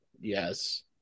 Yes